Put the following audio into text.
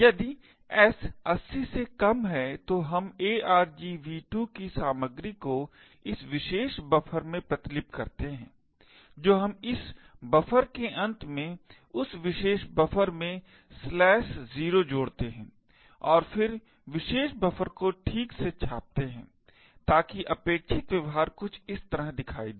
यदि s 80 से कम है तो हम argv2 की सामग्री को इस विशेष बफर में प्रतिलिपि करते हैं जो हम इस बफर के अंत में उस विशेष बफर में 0 जोड़ते हैं और फिर विशेष बफर को ठीक से छापते हैं ताकि अपेक्षित व्यवहार कुछ इस तरह दिखाई दे